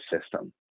system